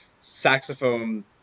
saxophone